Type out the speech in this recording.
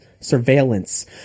Surveillance